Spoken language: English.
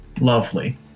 Lovely